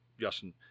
Justin